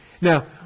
Now